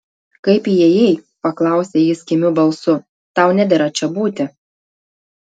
kaip įėjai paklausė jis kimiu balsu tau nedera čia būti